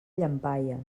llampaies